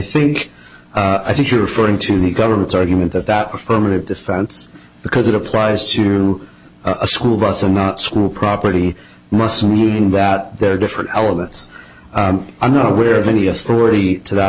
think i think you're referring to the government's argument that that affirmative defense because it applies to a school bus and not school property must mean that there are different elements i'm not aware of any authority to that